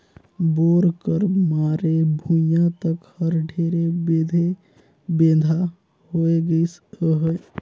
bore कर मारे भुईया तक हर ढेरे बेधे बेंधा होए गइस अहे